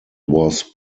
was